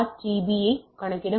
B யைக் கணக்கிட முடியும்